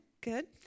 good